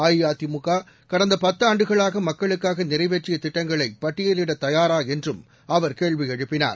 அஇஅதிமுககடந்தபத்துஆண்டுகளாகமக்களுக்காகநிறைவேற்றியதிட்டங்களைபட்டியலிடதயாராஎன்றும் அவர் கேள்விஎழுப்பினார்